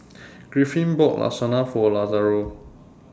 Griffin bought Lasagna For Lazaro